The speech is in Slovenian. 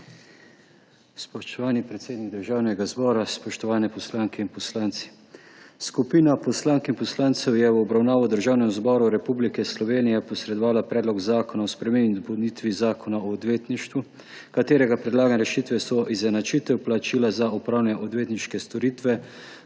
Spoštovani podpredsednik Državnega zbora, spoštovane poslanke in poslanci! Skupina poslank in poslancev je v obravnavo Državnemu zboru Republike Slovenije posredovala Predlog zakona o spremembi in dopolnitvi Zakona o odvetništvu, katerega predlagane rešitve so izenačitev plačila za opravljene odvetniške storitve